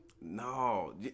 No